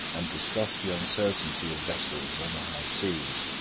and discuss the uncertainty of vessels on the high seas,